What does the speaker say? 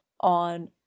on